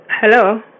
Hello